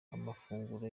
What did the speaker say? amafunguro